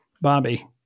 Bobby